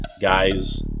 Guys